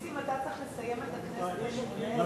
לא,